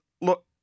look